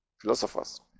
Philosophers